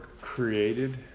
created